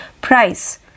price